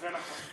זה נכון.